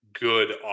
good